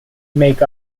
make